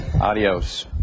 Adios